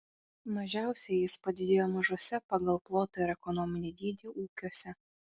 mažiausiai jis padidėjo mažuose pagal plotą ir ekonominį dydį ūkiuose